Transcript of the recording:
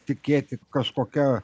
tikėti kažkokia